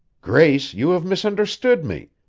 grace, you have misunderstood me.